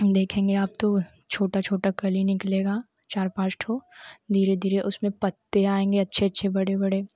देखेंगे आप तो छोटा छोटा कलि निकलेगा चार पाँच ठो धीरे धीरे उसमें पत्ती आएंगें अच्छे अच्छे बड़े बड़े